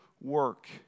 work